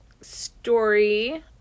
story